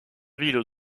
ville